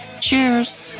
Cheers